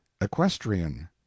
Equestrian